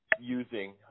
using